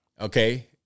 Okay